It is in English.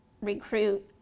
recruit